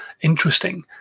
interesting